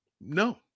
No